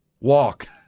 Walk